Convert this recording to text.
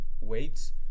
weights